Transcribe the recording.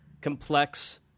complex